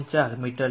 4 metre છે